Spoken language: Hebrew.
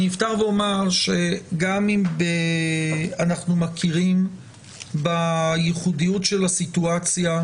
אני אפתח ואומר שגם אם אנחנו מכירים בייחודיות של הסיטואציה,